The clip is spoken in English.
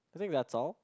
I think that's all